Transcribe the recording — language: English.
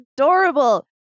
adorable